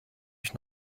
ich